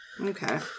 Okay